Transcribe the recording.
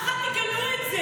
הם קוראים למרי.